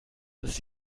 ist